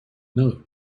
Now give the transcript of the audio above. known